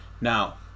Now